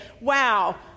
Wow